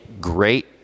great